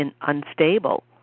unstable